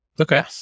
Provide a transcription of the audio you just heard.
Okay